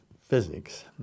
physics